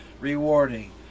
rewarding